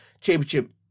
championship